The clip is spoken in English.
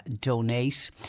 donate